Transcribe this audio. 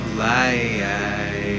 light